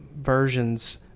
versions